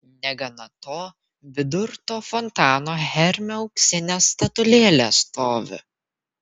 negana to vidur to fontano hermio auksinė statulėlė stovi